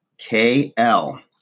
K-L